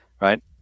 right